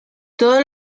todos